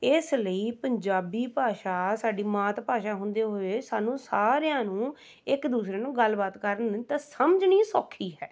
ਇਸ ਲਈ ਪੰਜਾਬੀ ਭਾਸ਼ਾ ਸਾਡੀ ਮਾਤ ਭਾਸ਼ਾ ਹੁੰਦੇ ਹੋਏ ਸਾਨੂੰ ਸਾਰਿਆਂ ਨੂੰ ਇੱਕ ਦੂਸਰੇ ਨੂੰ ਗੱਲਬਾਤ ਕਰਨ ਤਾਂ ਸਮਝਣੀ ਸੌਖੀ ਹੈ